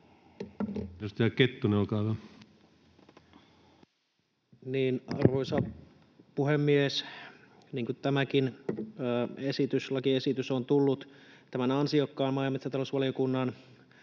Arvoisa puhemies! Niin, tämäkin lakiesitys on tullut tämän ansiokkaan maa- ja metsätalousvaliokunnan